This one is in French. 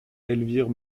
elvire